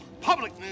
Public